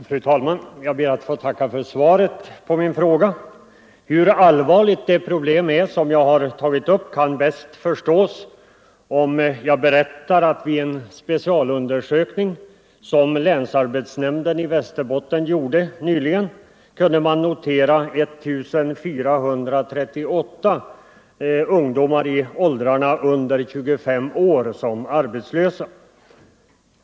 Fru talman! Jag ber att få tacka för svaret på min fråga. Hur allvarligt det problem som jag tagit upp är kan bäst förstås om jag berättar att vid en specialundersökning, som länsarbetsnämnden i Västerbotten gjorde nyligen, kunde man notera 1438 arbetslösa ung 3 domar i åldrarna under 25 år.